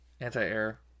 Anti-air